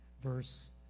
verse